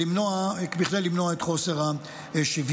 כדי למנוע את חוסר השוויון,